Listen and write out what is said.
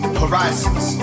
horizons